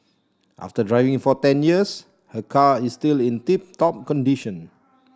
after driving for ten years her car is still in tip top condition